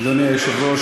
אדוני היושב-ראש,